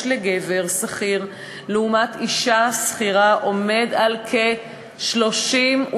לגבר שכיר לעומת אישה שכירה הוא כ-33%.